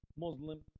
Muslim